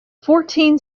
fourteen